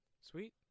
sweet